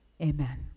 Amen